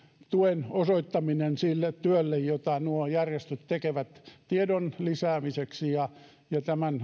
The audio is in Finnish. tuen osoittaminen sille työlle jota nuo järjestöt tekevät tiedon lisäämiseksi ja tämän